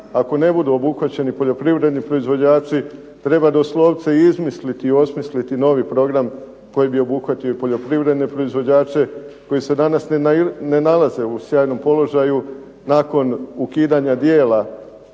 ako ne budu obuhvaćeni poljoprivredni proizvođači treba doslovce izmisliti i osmisliti novi program koji bi obuhvatio i poljoprivredne proizvođače koji se danas ne nalaze u sjajnom položaju nakon ukidanja dijela